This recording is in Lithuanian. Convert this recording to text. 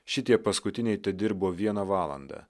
šitie paskutiniai tedirbo vieną valandą